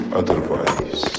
otherwise